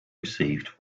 received